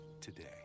today